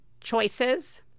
choices